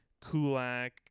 kulak